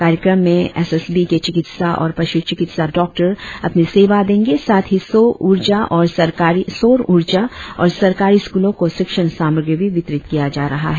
कार्यक्रम में S S B के चिकित्सा और पशु चिकित्सा डॉक्टर अपनी सेवा देंगे साथ ही सौ उर्जा और सरकारी स्कूलों को शिक्षण सामग्री भी वितरित किया जा रहा है